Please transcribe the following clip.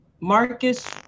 Marcus